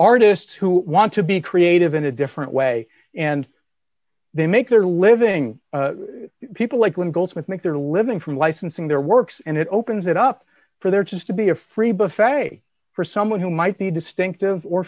artists who want to be creative in a different way and they make their living people like when goldsmith make their living from licensing their works and it opens it up for there just to be a free buffet for someone who might be distinctive or